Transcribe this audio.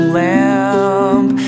lamp